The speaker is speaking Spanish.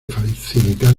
facilitar